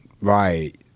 Right